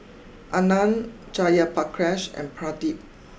Anand Jayaprakash and Pradip